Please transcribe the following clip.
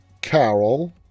Carol